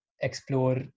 explore